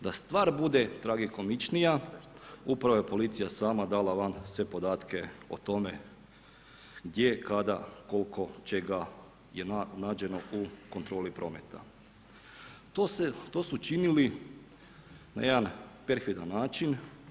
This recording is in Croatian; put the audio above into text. Da stvar bude tragikomičnija upravo je policija sama dala van sve podatke o tome gdje, kada, koliko, čega je nađeno u kontroli prometa, to su činili na jedan perfidan način.